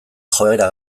joera